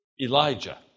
Elijah